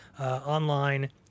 online